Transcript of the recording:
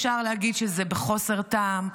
אפשר להגיד שזה בחוסר טעם.